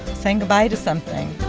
saying goodbye to something